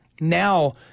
now